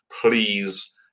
please